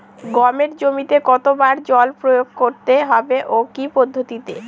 গমের জমিতে কতো বার জল প্রয়োগ করতে হবে ও কি পদ্ধতিতে?